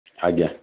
ଆଜ୍ଞା